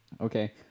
Okay